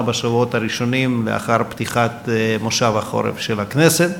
בשבועות הראשונים לאחר פתיחת מושב החורף של הכנסת,